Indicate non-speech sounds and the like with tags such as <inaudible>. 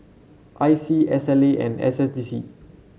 I C S <unintelligible> and S S D C